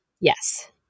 yes